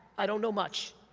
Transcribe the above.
i don't know much.